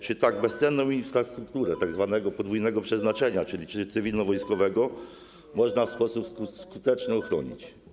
Czy tak bezcenną infrastrukturę tzw. podwójnego przeznaczenia, czyli cywilno-wojskowego, można w sposób skuteczny ochronić?